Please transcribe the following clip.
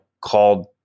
called